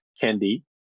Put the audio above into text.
candy